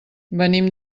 venim